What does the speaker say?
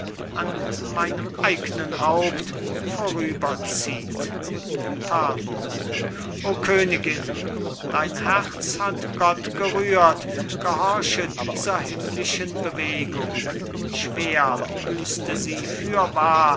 an meinem eignen haupt vorüberzieht talbot o königin dein herz hat gott gerührt gehorche dieser himmlischen bewegung schwer büßte sie fürwahr